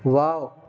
wow